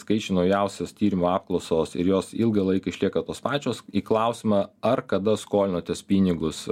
skaičiai naujausios tyrimo apklausos ir jos ilgą laiką išlieka tos pačios į klausimą ar kada skolinotės pinigus